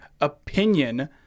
opinion